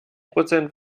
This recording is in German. prozent